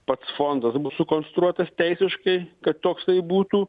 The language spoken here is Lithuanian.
pats fondas bus sukonstruotas teisiškai kad toksai būtų